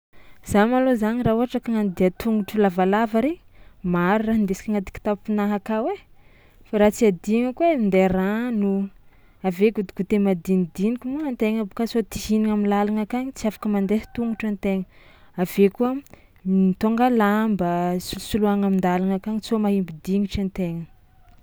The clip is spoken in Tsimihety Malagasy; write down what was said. Za malôha zany raha ohatra ka hagnano dia an-tongotro lavalava regny, maro raha indesiky agnaty kitaponakahy akao e, raha tsy adignako ai minday rano avy eo goûtegoûté madinidiniky moa an-tegna aby ka sao tia hinagna am'làlagna akagny tsy afaka mandeha tongotro an-tegna, avy eo koa mitônga lamba solosoloagna amin-dàlagna akagny tsao mahaimbo dignitry an-tegna.